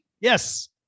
Yes